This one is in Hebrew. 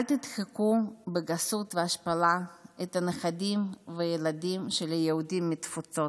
אל תדחקו בגסות והשפלה את הנכדים ואת הילדים של היהודים מהתפוצות.